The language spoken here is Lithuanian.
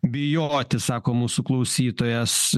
bijoti sako mūsų klausytojas